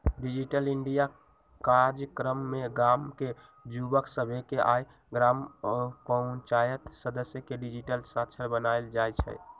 digital India काजक्रम में गाम के जुवक सभके आऽ ग्राम पञ्चाइत सदस्य के डिजिटल साक्षर बनाएल जाइ छइ